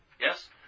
Yes